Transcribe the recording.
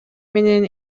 менен